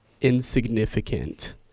insignificant